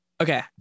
Okay